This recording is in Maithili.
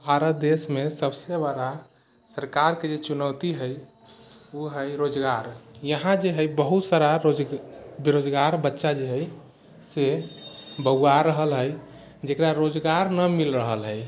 भारत देशमे सबसँ बड़ा सरकारके जे चुनौती हइ ओ हइ रोजगार यहाँ जे हइ बहुत सारा रोज बेरोजगार बच्चा जे हइ से बउवा रहल हइ जकरा रोजगार नहि मिल रहल हइ